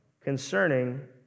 concerning